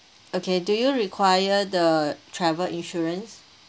okay do you require the travel insurance